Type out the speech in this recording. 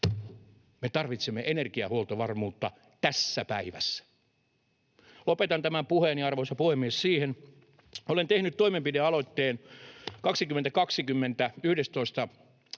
Me tarvitsemme energiahuoltovarmuutta tässä päivässä. Lopetan tämän puheeni, arvoisa puhemies, siihen, että olen tehnyt 11. helmikuuta 2021